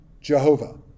jehovah